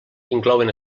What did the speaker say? inclouen